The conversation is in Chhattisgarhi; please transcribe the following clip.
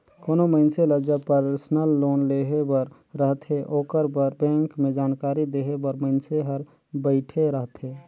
कोनो मइनसे ल जब परसनल लोन लेहे बर रहथे ओकर बर बेंक में जानकारी देहे बर मइनसे हर बइठे रहथे